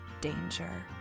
danger